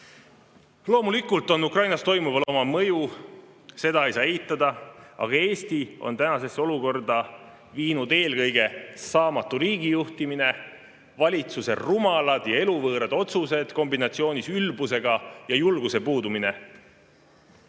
Loomulikult on Ukrainas toimuval oma mõju, seda ei saa eitada, aga Eesti on tänasesse olukorda viinud eelkõige saamatu riigijuhtimine, valitsuse rumalad ja eluvõõrad otsused kombinatsioonis ülbusega, ja julguse puudumine.